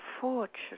fortune